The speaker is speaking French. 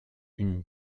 une